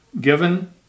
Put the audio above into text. given